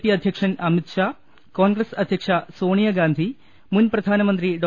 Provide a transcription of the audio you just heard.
P അധ്യക്ഷൻ അമിത്ഷാ കോൺഗ്രസ് അധ്യക്ഷ സോണിയാ ഗാന്ധി മുൻ പ്രധാനമന്ത്രി ഡോ